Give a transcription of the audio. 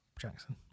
Jackson